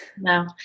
no